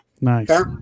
Nice